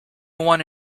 one